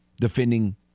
defending